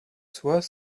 soit